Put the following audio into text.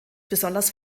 besonders